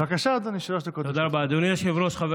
תודה רבה לחבר